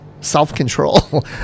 self-control